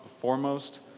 foremost